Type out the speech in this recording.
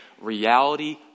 reality